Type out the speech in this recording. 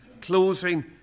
closing